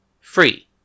Free